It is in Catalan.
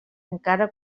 encara